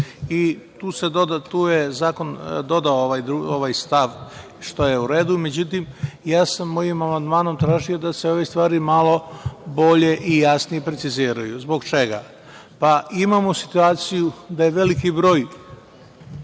I tu je zakon dodao ovaj stav, što je u redu.Međutim, ja sam mojim amandmanom tražio da se ove stvari malo bolje i jasnije preciziraju. Zbog čega? Pa, imamo situaciju da je veliki broj